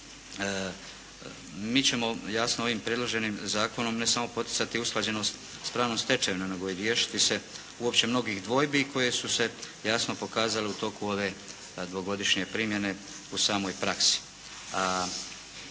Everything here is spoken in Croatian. Mi ćemo jasno ovim predloženim zakonom ne samo poticati usklađenost s pravnom stečevinom nego i riješiti se uopće mnogih dvojbi koje su se jasno pokazale u toku ove dvogodišnje primjene u samoj praksi